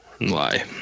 Lie